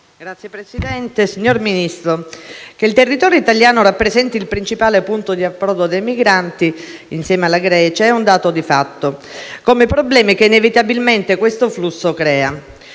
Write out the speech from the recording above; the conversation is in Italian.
Signor Presidente, signor Ministro, che il territorio italiano rappresenti il principale punto di approdo dei migranti, insieme alla Grecia, è un dato di fatto, come i problemi che inevitabilmente questo flusso crea.